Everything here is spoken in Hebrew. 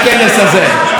כפי שאני אומר,